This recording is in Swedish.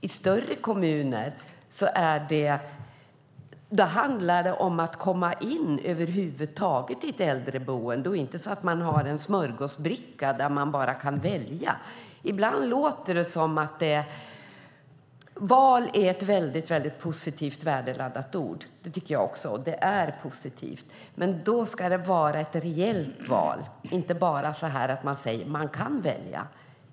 I större kommuner handlar det om att över huvud taget få en plats på ett äldreboende. Man har inte precis ett smörgåsbord av alternativ att välja från. Val är ett väldigt positivt värdeladdat ord, tycker jag. Men det ska vara ett reellt val och inte bara handla om att man kan välja.